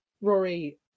Rory